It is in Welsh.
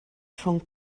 rhwng